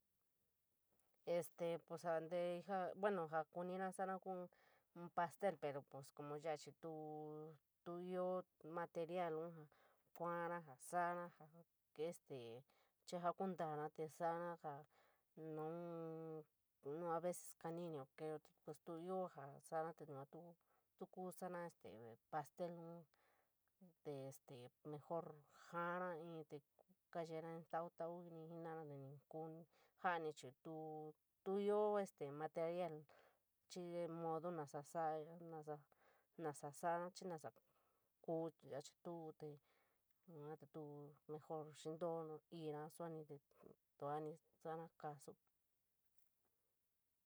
Este pos la te ja. Bueno jaa kumír sañara kuu in pastel pero pas comojya chií tuu, tuu ñob material sa kuara ta sañara ja este chií yo kontaava te sañara ja noun in ñuees komín inoo keo pues tu jaa sañara ye yoatu, tuu kuu sañara pastelun te este mejor. Jaa este te kayeeera ñin tau, ñtau jifínto ñe ñtkuon san chií tuu tu ñob este material chií ñi modo ñasa saaya, ñasa saaya, chií ñasa kuu veer chií tuu te, yua chií tuu te, mejor ñintoonaa ñiia guanp tuumi sañara casu.